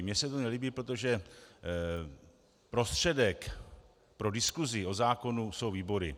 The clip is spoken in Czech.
Mně se to nelíbí, protože prostředek pro diskusi o zákonu jsou výbory.